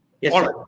Yes